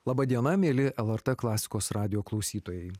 laba diena mieli lrt klasikos radijo klausytojai